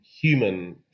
human